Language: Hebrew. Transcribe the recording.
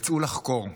וצאו לחקור,